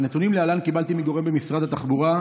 את הנתונים להלן קיבלתי מגורם במשרד התחבורה: